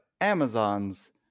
Amazons